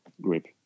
grip